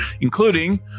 including